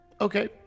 Okay